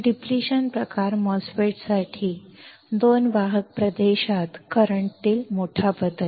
depletion प्रकार MOSFET आणि 2 वाहक प्रदेशात करंट तील मोठा बदल